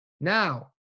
Now